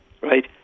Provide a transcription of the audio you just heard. right